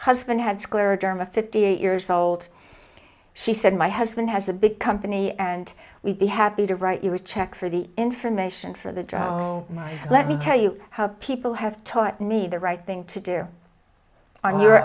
husband had scleroderma fifty eight years old she said my husband has a big company and we'd be happy to write you a check for the information for the drone let me tell you how people have taught me the right thing to do on your